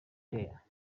there